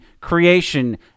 creation